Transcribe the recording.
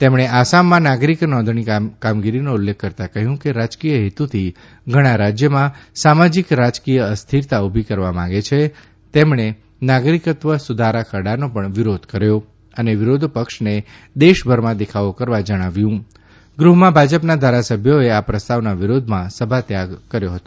તેમણે આસામમાં નાગરિક નોંધણી કામગીરીનો ઉલ્લેખ કરતાં કહ્યું કે રાજકીય હેતુથી ઘણા રાજ્યમાં સામાજિક રાજકીય અરેસ્થરતા ઉભી કરવા માંગે છે તેમણે નાગરિકત્વ સુધારા ખરડાનો પણ વિરોધ કર્યો અને વિરોધપક્ષને દેશભરમાં દેખાવો કરવા જણાવ્યું ગૃહમાં ભાજપના ધારાસભ્યોએ આ પ્રસ્તાવના વિરોધમાં સભાત્યાગ કર્યો હતો